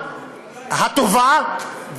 הטובה,